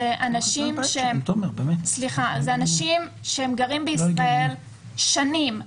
אלה אנשים שגרים בישראל שנים,